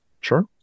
Sure